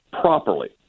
properly